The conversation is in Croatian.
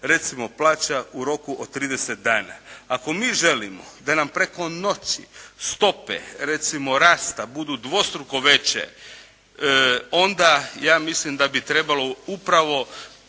recimo plaća u roku od 30 dana. Ako mi želimo da nam preko noći stope recimo rasta budu dvostruko veće onda ja mislim da bi trebalo upravo